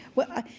well,